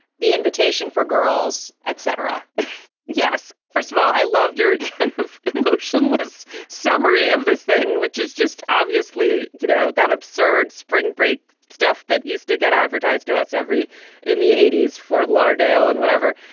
the invitation for girls et cetera yes first of all i love your kind of emotionless summary of this thing which is just obviously you know that absurd spring break stuff that used to get advertised to us every in the eighty s fort lauderdale and whatever.